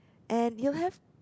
and you'll have